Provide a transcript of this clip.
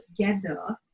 together